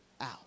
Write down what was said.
out